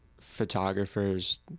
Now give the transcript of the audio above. photographers